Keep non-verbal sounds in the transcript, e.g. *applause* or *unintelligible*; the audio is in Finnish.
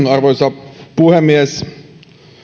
*unintelligible* arvoisa puhemies